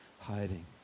hiding